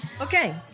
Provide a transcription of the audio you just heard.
Okay